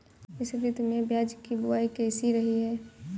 इस ऋतु में प्याज की बुआई कैसी रही है?